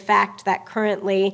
fact that currently